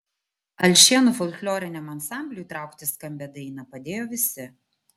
alšėnų folkloriniam ansambliui traukti skambią dainą padėjo visi